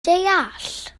deall